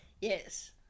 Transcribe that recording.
Yes